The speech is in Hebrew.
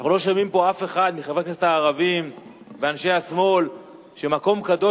אנחנו לא שומעים פה מאף אחד מחברי הכנסת הערבים ואנשי השמאל שמקום קדוש,